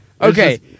Okay